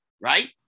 right